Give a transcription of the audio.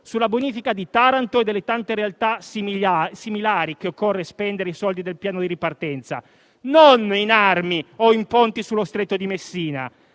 sulla bonifica di Taranto e delle tante realtà simili, che occorre spendere i soldi del piano di ripartenza, non in armi o in ponti sullo stretto di Messina.